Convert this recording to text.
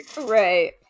Right